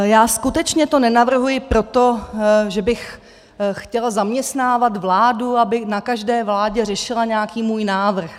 Já to skutečně nenavrhuji proto, že bych chtěla zaměstnávat vládu, aby na každé vládě řešila nějaký můj návrh.